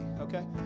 okay